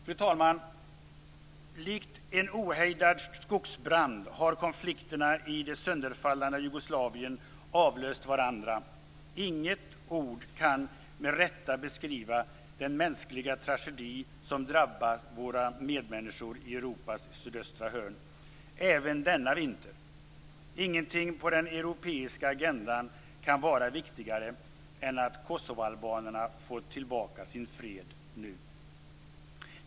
Fru talman! Likt en ohejdad skogsbrand har konflikterna i det sönderfallna Jugoslavien avlöst varandra. Inga ord kan med rätta beskriva den mänskliga tragedi som drabbar våra medmänniskor i Europas sydöstra hörn även denna vinter. Ingenting på den europeiska agendan kan vara viktigare än att kosovoalbanerna får tillbaka sin fred - nu!